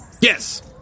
Yes